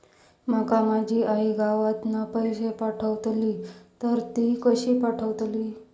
माका माझी आई गावातना पैसे पाठवतीला तर ती कशी पाठवतली?